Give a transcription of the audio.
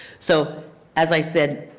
so as i said